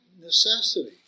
necessity